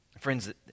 Friends